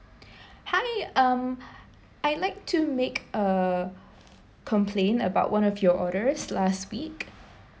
hi um I'd like to make a complaint about one of your order last week